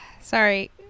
sorry